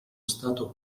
stato